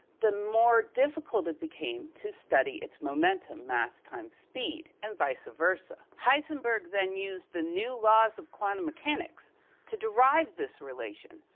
the more difficult it became to study its momentum, mass time speed and vice versa. heisenberg's then use the new laws of quantum mechanics to derive this relation,